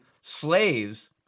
slaves